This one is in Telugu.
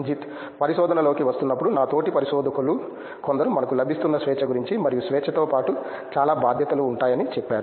రంజిత్ పరిశోధనలోకి వస్తున్నప్పుడు నా తోటి పరిశోధకులు కొందరు మనకు లభిస్తున్న స్వేచ్ఛ గురించి మరియు స్వేచ్ఛతో పాటు చాలా బాధ్యతలు ఉంటాయని చెప్పారు